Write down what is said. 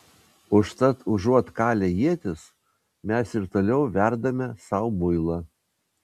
užtat užuot kalę ietis mes ir toliau verdame sau muilą